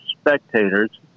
spectators